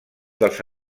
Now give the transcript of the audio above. dels